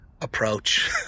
approach